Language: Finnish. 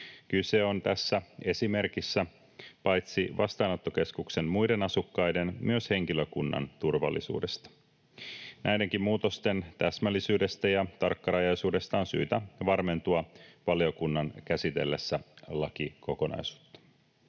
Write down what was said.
Kyse on tässä esimerkissä paitsi vastaanottokeskuksen muiden asukkaiden myös henkilökunnan turvallisuudesta. Näidenkin muutosten täsmällisyydestä ja tarkkarajaisuudesta on syytä varmentua valiokunnan käsitellessä lakikokonaisuutta.